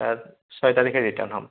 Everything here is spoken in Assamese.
তাত ছয় তাৰিখে ৰিটাৰ্ণ হ'ম